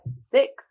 six